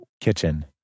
Kitchen